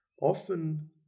Often